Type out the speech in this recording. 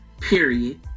Period